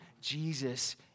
Jesus